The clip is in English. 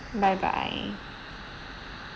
bye bye